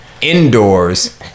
indoors